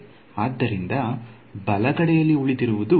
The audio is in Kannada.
ಆದ್ದರಿಂದ ಬಲಗೈಯಲ್ಲಿ ಉಳಿದಿರುವುದು